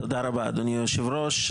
תודה רבה, אדוני היושב-ראש.